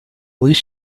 least